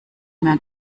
mehr